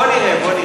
בוא נראה.